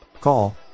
Call